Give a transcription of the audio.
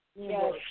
Yes